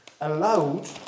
allowed